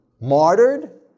martyred